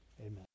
Amen